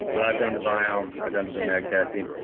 but i've done the viome, i've done the genetic testing.